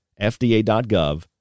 FDA.gov